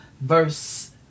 verse